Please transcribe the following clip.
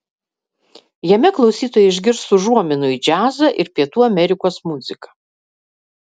jame klausytojai išgirs užuominų į džiazą ir pietų amerikos muziką